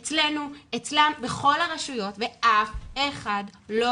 אצלנו, אצלם, בכל הרשויות ואף אחד לא